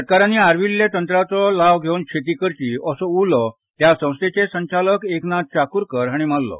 शेतकारांनी आरविल्ले तकनिकेचो लाव घेवन शेती करची असो उलो हया संस्थेचे संचालक एकनाथ चाक्रकर हांणी मारलो